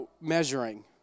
measuring